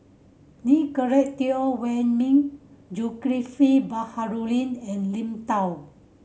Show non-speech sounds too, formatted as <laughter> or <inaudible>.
Nicolette Teo Wei Min Zulkifli Baharudin and Lim <unintelligible>